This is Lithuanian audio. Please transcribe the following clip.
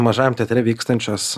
mažajam teatre vykstančios